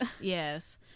Yes